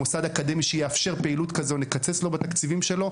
מוסד אקדמי שיאפשר פעילות כזו נקצץ בתקציבים שלו.